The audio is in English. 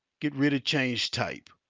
get rid of change type,